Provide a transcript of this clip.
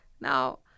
Now